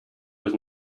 was